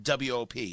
WOP